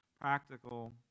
practical